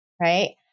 Right